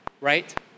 right